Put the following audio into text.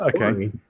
okay